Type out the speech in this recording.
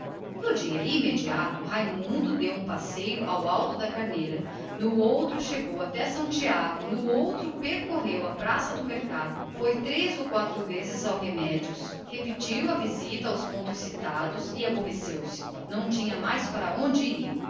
no dia imediato raimundo deu um passeio ao alto da carneira no outro dia foi até são tiago no outro percorreu a praça do mercado foi três ou quatro vezes ao remédios repetiu a visita aos pontos citados e não tinha mais onde